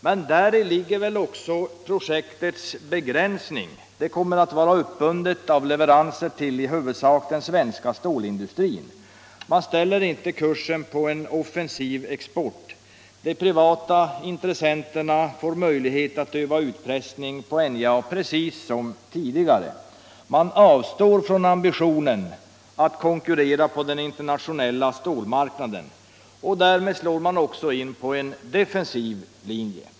Men däri ligger väl också projektets begränsning. Det kommer att vara uppbundet till leveranser till i huvudsak den svenska stålindustrin. Man ställer inte kursen på en offensiv export. De privata intressenterna får möjlighet att öva utpressning på NJA precis som tidigare. Man avstår från ambitionen att konkurrera på den internationella stål marknaden, och därmed slår man in på en defensiv linje.